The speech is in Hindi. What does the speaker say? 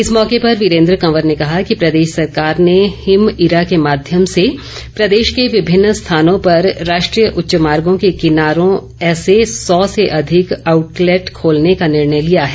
इस मौके पर वीरेंद्र कंवर ने कहा कि प्रदेश सरकार ने हिमईरा के माध्यम से प्रदेश के विभिन्न स्थानों पर राष्ट्रीय उच्च मार्गो के किनारों ऐसे सौ से अधिक आउटलेट खोलने का निर्णय लिया है